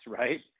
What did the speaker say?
right